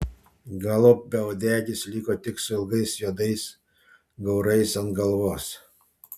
galop beuodegis liko tik su ilgais juodais gaurais ant galvos